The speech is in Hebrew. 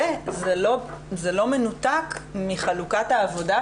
וזה לא מנותק מחלוקת העבודה,